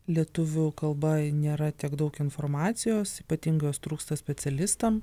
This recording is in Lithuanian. lietuvių kalba nėra tiek daug informacijos ypatingai jos trūksta specialistam